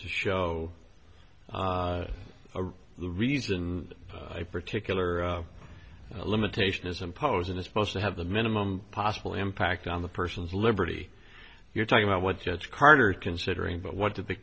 to show the region a particular limitation is imposing the supposed to have the minimum possible impact on the person's liberty you're talking about what judge carter is considering but what did the